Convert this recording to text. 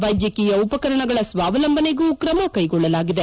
ವೈದ್ಯಕೀಯ ಉಪಕರಣಗಳ ಸ್ವಾವಲಂಬನೆಗೂ ಕ್ರಮ ಕ್ರೆಗೊಳ್ಳಲಾಗಿದೆ